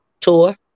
Tour